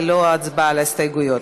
ללא ההצבעה על ההסתייגויות.